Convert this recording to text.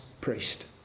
priest